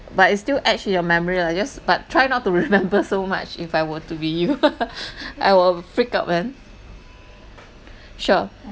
but it's still etched in your memory lah just but try not to remember so much if I were to be you I will freak out man sure